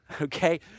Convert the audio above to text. okay